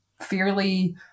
fairly